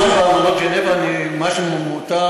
מה שבאמנת ז'נבה, מה שמותר,